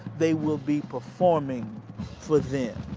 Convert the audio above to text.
they will be performing for them.